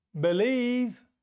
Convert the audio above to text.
believe